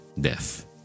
death